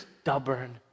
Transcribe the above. stubborn